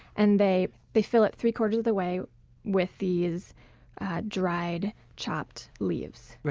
and they they fill it three-quarters of the way with these dried, chopped leaves.